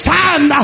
time